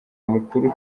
mukuru